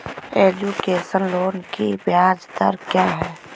Education loan की ब्याज दर क्या है?